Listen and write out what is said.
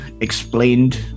explained